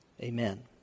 Amen